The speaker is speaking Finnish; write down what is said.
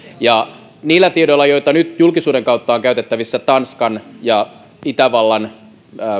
niillä tiedoilla joita nyt julkisuuden kautta on käytettävissä tanskan ja itävallan